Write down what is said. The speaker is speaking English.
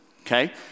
okay